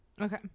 okay